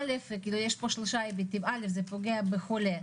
יש פה שלושה היבטים: אל"ף, זה פוגע בחולה,